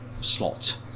slot